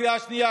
בקריאה שנייה,